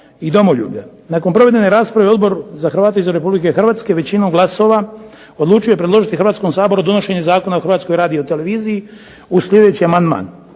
i domoljublja. Nakon provedene rasprave Odbor za Hrvate izvan Republike Hrvatske, većinom glasova odlučio je predložiti Hrvatskom saboru donošenje Zakona o Hrvatskoj radioteleviziji uz sljedeći amandman: